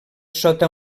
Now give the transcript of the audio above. sota